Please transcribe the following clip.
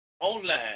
online